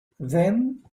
then